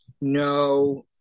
No